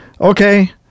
okay